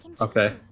Okay